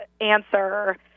answer